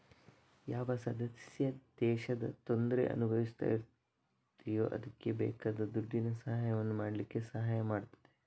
ಯಾವ ಸದಸ್ಯ ದೇಶ ತೊಂದ್ರೆ ಅನುಭವಿಸ್ತಾ ಇದೆಯೋ ಅದ್ಕೆ ಬೇಕಾದ ದುಡ್ಡಿನ ಸಹಾಯವನ್ನು ಮಾಡ್ಲಿಕ್ಕೆ ಸಹಾಯ ಮಾಡ್ತದೆ